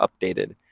updated